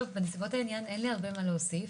בנסיבות העניין, אין לי הרבה מה להוסיף.